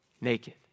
naked